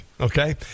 Okay